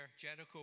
Jericho